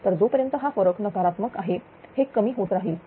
तर जोपर्यंत हा फरक नकारात्मक आहे हे कमी होत राहील